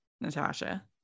Natasha